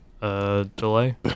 delay